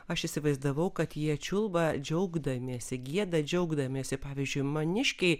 aš įsivaizdavau kad jie čiulba džiaugdamiesi gieda džiaugdamiesi pavyzdžiui maniškiai